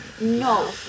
No